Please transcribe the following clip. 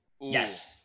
Yes